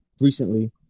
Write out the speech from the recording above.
recently